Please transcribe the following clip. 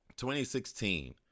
2016